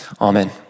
amen